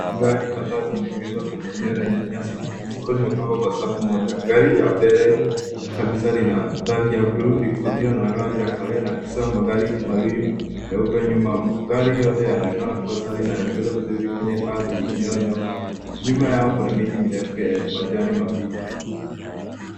Gari kadhaa zimeegeshwa kwenye eneo lenye nyasi fupi, zikiwa zimepangwa kwa safu moja. Gari la mbele kabisa lina rangi ya blue , likifuatiwa na gari la kahawia na kisha magari mawili meupe nyuma. Magari yote yanaonekana kuwa safi na yameegeshwa vizuri kwenye ardhi inayonyooka. Nyuma yao kuna miti mirefu yenye majani mabichi.